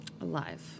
Alive